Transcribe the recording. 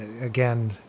Again